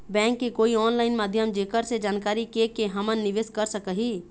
Bank के कोई online माध्यम जेकर से जानकारी के के हमन निवेस कर सकही?